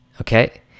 okay